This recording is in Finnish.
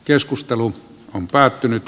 keskustelu on päättynyt